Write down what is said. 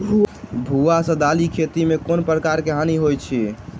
भुआ सँ दालि खेती मे केँ प्रकार केँ हानि होइ अछि?